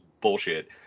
bullshit